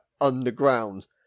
underground